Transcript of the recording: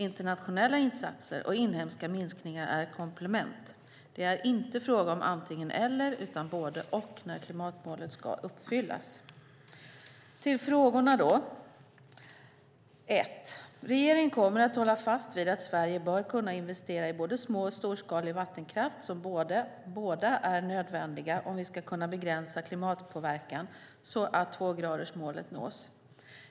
Internationella insatser och inhemska minskningar är komplement. Det är inte fråga om antingen eller utan om både och när klimatmålet ska uppfyllas! Till frågorna. Regeringen kommer att hålla fast vid att Sverige bör kunna investera i både små och storskalig vattenkraft, som båda är nödvändiga om vi ska kunna begränsa klimatpåverkan så att tvågradersmålet nås.